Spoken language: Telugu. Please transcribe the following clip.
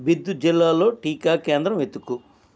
బిద్ జిల్లాలో టీకా కేంద్రం వెతుకు